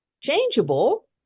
Changeable